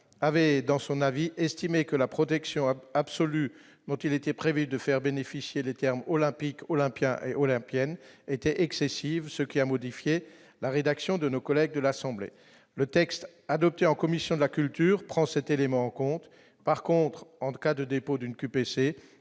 avait dans son avis, estimait que la protection absolue dont il était prévu de faire bénéficier les termes olympique Olympia olympienne étaient excessives, ce qui a modifié la rédaction de nos collègues de l'Assemblée, le texte adopté en commission de la culture prend cet élément en compte, par contre, en cas de dépôt d'une QPC